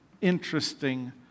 interesting